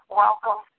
welcome